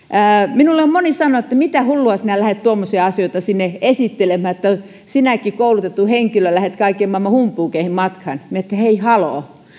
minulle on moni sanonut että mitä hullua sinä lähdet tuommoisia asioita sinne esittelemään että sinäkin koulutettu henkilö lähdet kaiken maailman humpuukeihin matkaan minä siihen että hei haloo